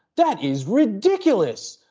that is ridiculous.